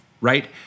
right